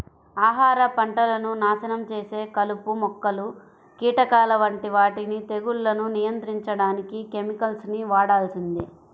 ఆహార పంటలను నాశనం చేసే కలుపు మొక్కలు, కీటకాల వంటి వాటిని తెగుళ్లను నియంత్రించడానికి కెమికల్స్ ని వాడాల్సిందే